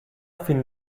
fin